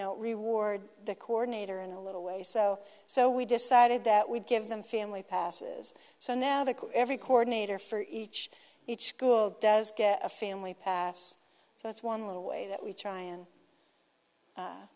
know reward the coordinator in a little way so so we decided that we'd give them family passes so now that every chord nater for each each school does a family pass so it's one little way that we try and